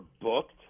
booked